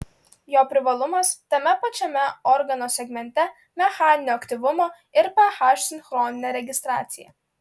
jo privalumas tame pačiame organo segmente mechaninio aktyvumo ir ph sinchroninė registracija